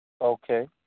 Okay